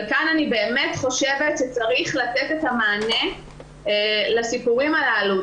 אבל כאן אני באמת חושבת שצריך לתת את המענה לסיפורים הללו.